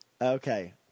Okay